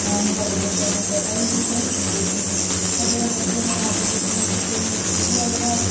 ਨਾ ਹੀ ਸਾਡੇ ਬੱਚਿਆਂ ਨੂੰ ਪਤਾ ਹੀ ਨਹੀਂ ਖੂਹ ਹੁੰਦੇ ਕੀ ਨੇ ਤਾਂ ਜਦੋਂ ਬੱਚੇ ਹੁਣ ਅੱਜ ਦੇ ਸਮੇਂ 'ਚ ਕੋਈ ਖੂਹ ਆ ਜਿਹੜਾ